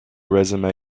resume